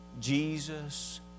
Jesus